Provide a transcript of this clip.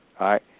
right